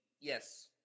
yes